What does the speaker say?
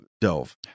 Dove